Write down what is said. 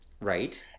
Right